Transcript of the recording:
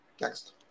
Next